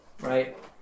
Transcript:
right